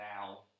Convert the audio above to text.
now